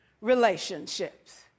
relationships